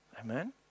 Amen